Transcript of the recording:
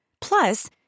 Plus